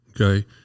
okay